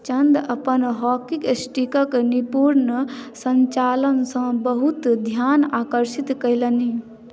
चन्द अपन हॉकीक स्टिकक निपुण सञ्चालनसँ बहुत ध्यान आकर्षित कयलनि